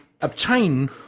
obtain